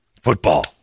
Football